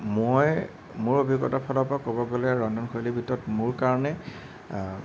মই মোৰ অভিজ্ঞতাৰ ফালৰপৰা ক'ব গ'লে ৰন্ধনশৈলীৰ ভিতৰত মোৰ কাৰণে